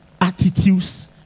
Attitudes